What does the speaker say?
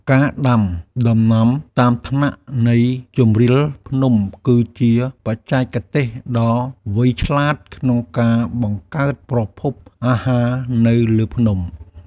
ការដាំដំណាំតាមថ្នាក់នៃជម្រាលភ្នំគឺជាបច្ចេកទេសដ៏វៃឆ្លាតក្នុងការបង្កើតប្រភពអាហារនៅលើភ្នំ។